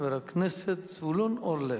חבר הכנסת זבולון אורלב,